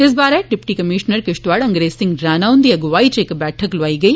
इस बारै deputy commissioner Kishtwar Angrez Singh Rana हुन्दी अगुआई च इक बैठक लाई गेई